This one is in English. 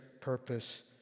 purpose